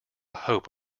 hope